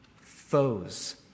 foes